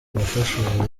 abafasha